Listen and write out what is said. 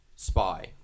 Spy